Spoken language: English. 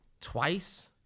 Twice